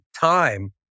Time